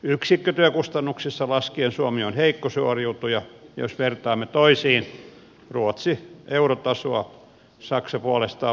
yksikkötyökustannuksissa laskien suomi on heikko suoriutuja jos vertaamme toisiin ruotsi eurotasoa saksa puolestaan vahva toimija